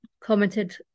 commented